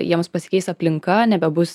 jiems pasikeis aplinka nebebus